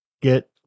get